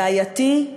בעייתי,